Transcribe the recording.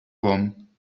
from